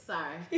Sorry